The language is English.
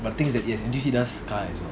but the thing is that yes N_T_U_C does car as well